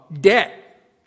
debt